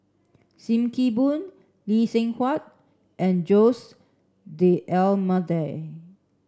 Sim Kee Boon Lee Seng Huat and Jose D'almeida